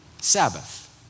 Sabbath